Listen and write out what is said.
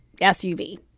SUV